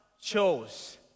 chose